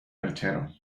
perchero